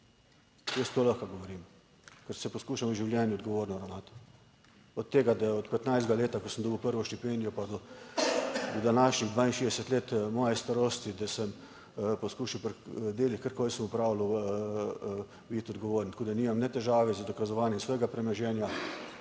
Jaz to lahko govorim, ker se poskušam v življenju odgovorno ravnati. Od tega, da je od 15. leta, ko sem dobil prvo štipendijo pa do današnjih 62 let moje starosti, da sem poskušal pri delih, karkoli sem opravljal, biti odgovoren. Tako da nimam ne težave z dokazovanjem svojega premoženja,